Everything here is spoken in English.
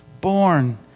born